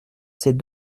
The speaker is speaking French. ses